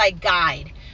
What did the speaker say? guide